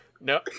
No